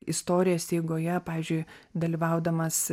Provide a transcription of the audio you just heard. istorijos eigoje pavyzdžiui dalyvaudamas